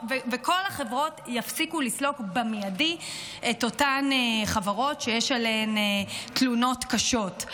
וכל החברות יפסיקו לסלוק במיידי את אותן חברות שיש עליהן תלונות קשות.